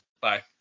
Bye